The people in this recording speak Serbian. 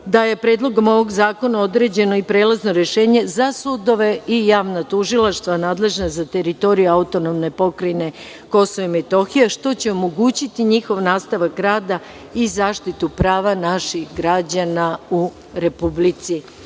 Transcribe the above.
da je Predlogom ovog zakona određeno i prelazno rešenje za sudove i javna tužilaštva nadležna za teritoriju Autonomne Pokrajine Kosovo i Metohija, što će omogućiti njihov nastavak rada i zaštitu prava naših građana u Republici